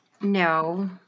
No